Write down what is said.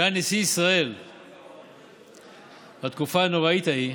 שהיה נשיא ישראל בתקופה הנוראית ההיא,